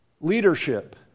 Leadership